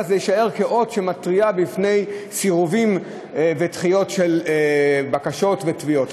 וזה יישאר כאות שמתריע בפני סירובים ודחיות של בקשות ותביעות.